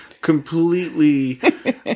completely